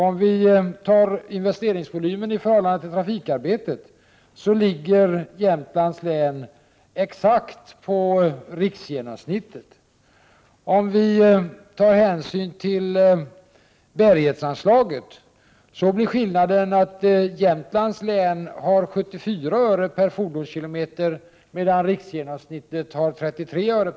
Om vi ser på investeringsvolymen i förhållande till trafikarbetet, finner vi att Jämtlands län ligger på exakt samma nivå som riksgenomsnittet. När det gäller bärighetsanslaget har Jämtlands län 74 öre per fordonskilometer, medan riksgenomsnittet är 33 öre.